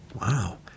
Wow